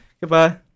Goodbye